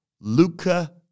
Luca